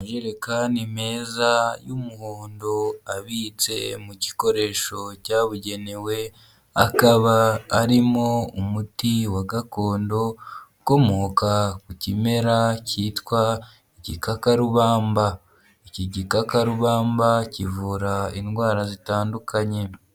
Imajerekani meza y'umuhondo abitse mu gikoresho cyabugenewe, akaba arimo umuti wa gakondo ukomoka ku kimera cyitwa igikakarubamba, iki gikakarubamba kivura indwara zitandukanye.